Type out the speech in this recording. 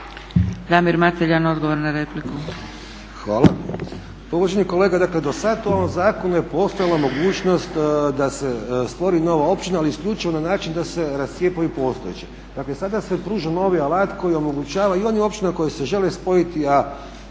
Damir Kajin, odgovor na repliku.